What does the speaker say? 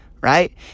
right